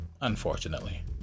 unfortunately